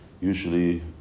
Usually